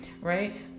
right